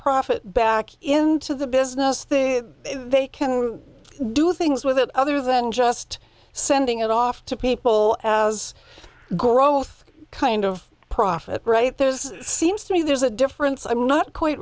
profit back into the business then they can do things with it other than just sending it off to people as growth kind of profit right there is seems to me there's a difference i'm not quite